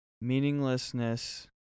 meaninglessness